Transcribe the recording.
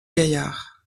gaillard